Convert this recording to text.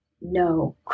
no